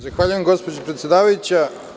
Zahvaljujem, gospodo predsedavajuća.